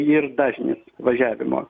ir dažnis važiavimo